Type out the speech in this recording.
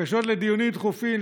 בקשות לדיונים דחופים,